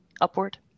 upward